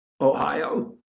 Ohio